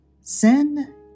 sin